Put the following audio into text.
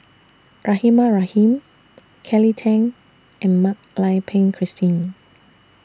Rahimah Rahim Kelly Tang and Mak Lai Peng Christine